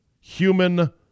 human